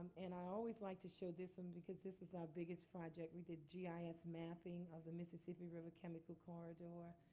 and i always like to show this um because this is our biggest project. we did yeah ah gis mapping of the mississippi river chemical corridor.